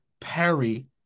Perry